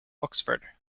oxford